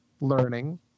learning